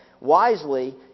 Wisely